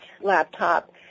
laptop